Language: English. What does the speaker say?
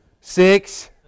Six